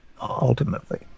ultimately